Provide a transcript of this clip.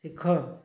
ଶିଖ